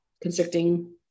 constricting